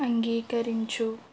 అంగీకరించు